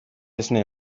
esne